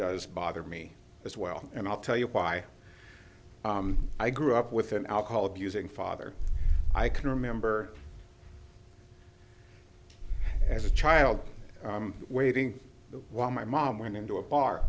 does bother me as well and i'll tell you why i grew up with an alcohol abusing father i can remember as a child waiting while my mom went into a bar